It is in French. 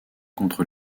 contre